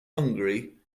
hungary